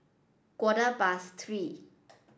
quarter past three